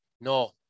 No